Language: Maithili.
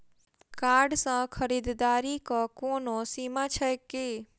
कार्ड सँ खरीददारीक कोनो सीमा छैक की?